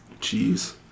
Cheese